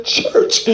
church